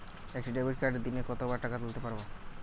একটি ডেবিটকার্ড দিনে কতবার টাকা তুলতে পারব?